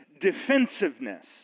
defensiveness